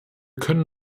können